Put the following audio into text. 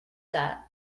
that